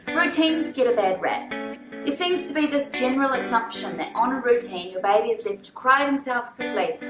and routines get a bad rap. there seems to be this general assumption that on a routine your baby is left to cry themselves to sleep,